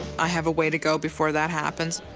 i have a way to go before that happens.